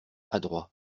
adroit